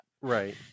Right